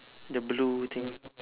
the blue thing